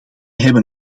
hebben